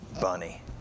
bunny